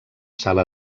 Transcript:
sala